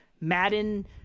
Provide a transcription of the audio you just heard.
Madden